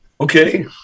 okay